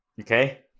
Okay